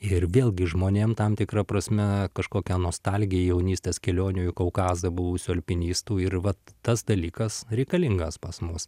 ir vėlgi žmonėm tam tikra prasme kažkokia nostalgija jaunystės kelionių į kaukazą buvusių alpinistų ir vat tas dalykas reikalingas pas mus